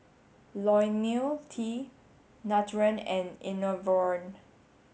Ionil T Nutren and Enervon